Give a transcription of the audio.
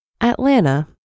Atlanta